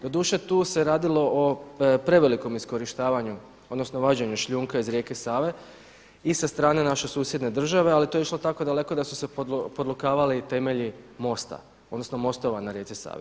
Doduše tu se radilo o prevelikom iskorištavanju odnosno vađenju šljunka iz rijeke Save i sa strane naše susjedne države ali to je išlo tako daleko da su se podlokavali i temelji mosta, odnosno mostova na rijeci Savi.